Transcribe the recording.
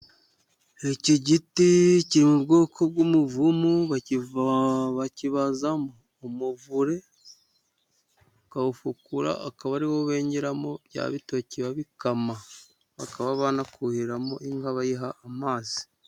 Iki giti kiri mu bwoko bw'umuvumu, bakibazamo umuvure, bakawufukura, akaba ariwo bengeramo bya bitoki bakama, bakaba banawuheramo inka bayiha amazi.